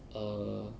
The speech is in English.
err